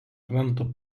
kranto